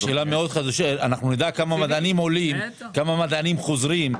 שנדע כמה מדענים עולים, כמה מדענים חוזרים.